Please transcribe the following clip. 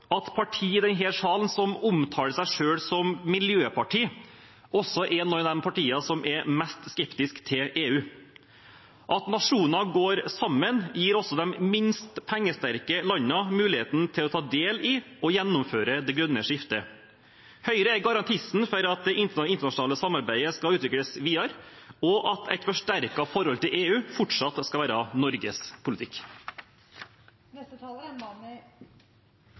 at et parti i denne salen som omtaler seg selv som et miljøparti, også er et av de partiene som er mest skeptisk til EU. At nasjoner går sammen, gir også de minst pengesterke landene muligheten til å ta del i og gjennomføre det grønne skiftet. Høyre er garantisten for at det internasjonale samarbeidet skal utvikles videre, og at et forsterket forhold til EU fortsatt skal være Norges politikk. Norge er